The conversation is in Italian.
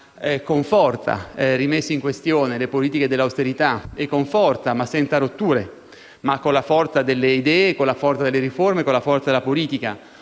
con forza rimesso in questione le politiche dell'austerità, e con forza, ma senza rotture, con la forza delle idee, delle riforme e della politica,